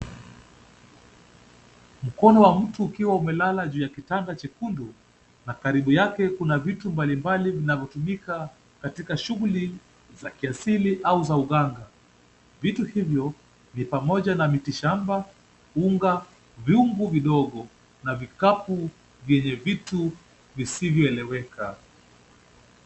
Mkono wa mtu ukiwa umelala juu ya kitanda chekundu na karibu yake kuna vitu mbalimbali vinavyotumika katika shughuli za kiasili au za uganga. Vitu hivyo ni pamoja na miti shamba, unga, vyungu vidogo na vikapu vyenye vitu visivyoeleweka.